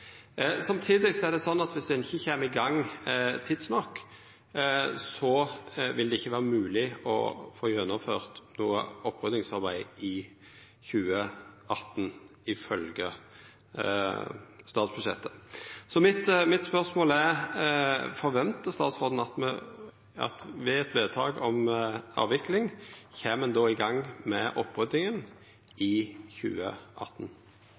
Samtidig er det sånn at om ein ikkje kjem i gang tidsnok, vil det ikkje vera mogleg å få gjennomført noko oppryddingsarbeid i 2018, ifølgje statsbudsjettet. Mitt spørsmål er: Forventar statsråden at me ved eit vedtak om avvikling kjem i gang med oppryddinga i 2018?